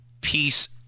peace